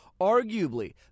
Arguably